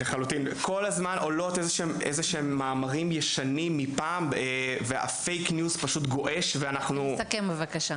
נכון, יש הרבה פייק ניוז בנושא.